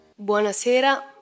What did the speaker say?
Buonasera